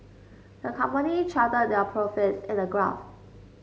the company charted their profits in a graph